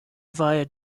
via